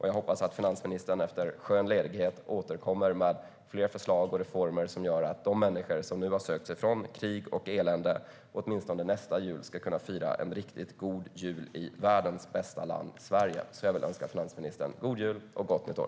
Jag hoppas att finansministern efter en skön ledighet återkommer med fler förslag och reformer som gör att de människor som nu har sökt sig från krig och elände åtminstone nästa jul ska kunna fira en riktigt god jul i världens bästa land, Sverige. Jag vill önska finansministern god jul och gott nytt år!